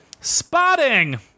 Spotting